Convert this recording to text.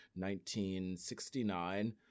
1969